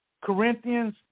Corinthians